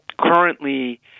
Currently